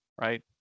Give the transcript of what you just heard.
right